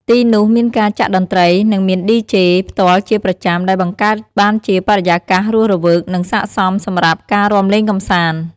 ទីនោះមានការចាក់តន្ត្រី និងមាន ឌីជេ (DJ) ផ្ទាល់ជាប្រចាំ ដែលបង្កើតបានជាបរិយាកាសរស់រវើក និងស័ក្តិសមសម្រាប់ការរាំលេងកម្សាន្ត។